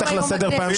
חברת הכנסת מיכל שיר,